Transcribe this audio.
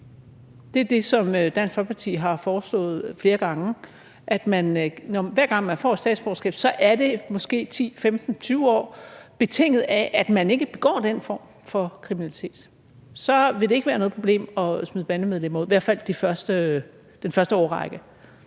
Det er det, som Dansk Folkeparti har foreslået flere gange, altså at når man får et statsborgerskab, er det i måske 10, 15, 20 år, betinget af at man ikke begår den form for kriminalitet. Så vil det ikke være noget problem at smide bandemedlemmer ud, i hvert fald den første årrække.